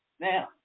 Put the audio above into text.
Now